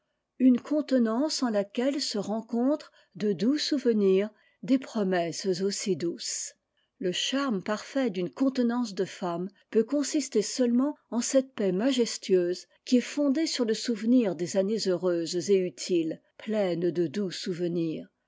une contenance en laquelle se rencontrent de doux souvenirs des promesses aussi douces le charme parfait d'une contenance de femme peut consister seulement en cette paix majestueuse qui est fondée sur le souvenir des années heureuses et utiles pleines de doux souvenirs